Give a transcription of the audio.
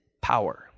power